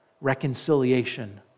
reconciliation